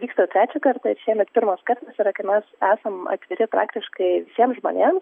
vyksta trečią kartą ir šiemet pirmas kartas yra kai mes esam atviri praktiškai visiems žmonėms